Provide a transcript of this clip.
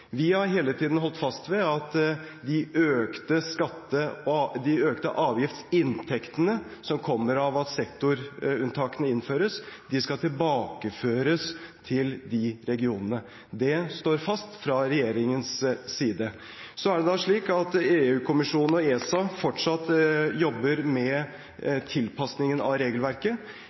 Vi har hele tiden holdt fast ved at de økte avgiftsinntektene som kommer av at sektorunntakene innføres, skal tilbakeføres til regionene. Det står fast fra regjeringens side. Så er det da slik at EU-kommisjonen og ESA fortsatt jobber med tilpasningen av regelverket.